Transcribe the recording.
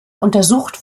untersucht